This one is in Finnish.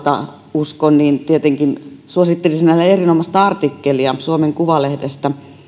usko niin tietenkin suosittelisin hänelle erinomaista artikkelia suomen kuvalehdessä